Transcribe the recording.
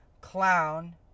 clown